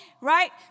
right